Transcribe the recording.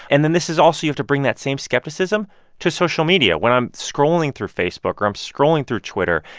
and then this is also, you have to bring that same skepticism to social media. when i'm scrolling through facebook or i'm scrolling through twitter,